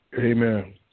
Amen